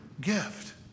Gift